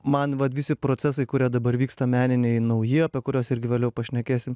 man vat visi procesai kurie dabar vyksta meniniai nauji apie kuriuos irgi vėliau pašnekėsim